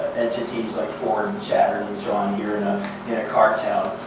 entities like ford and saturn and so on here in ah in a car town.